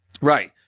Right